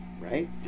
right